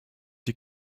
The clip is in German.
die